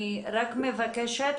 אני רק מבקשת,